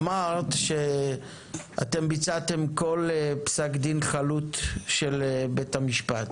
אמרת שאתם ביצעתם כל פסק דין חלוט של בית המשפט,